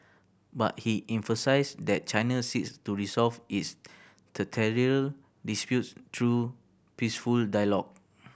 but he emphasised that China seeks to resolve its disputes through peaceful dialogue